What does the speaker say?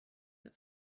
that